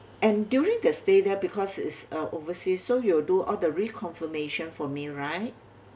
and during the stay there because it's a overseas so you'll do all the reconfirmation for me right